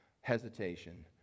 hesitation